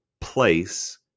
place